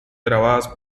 grabadas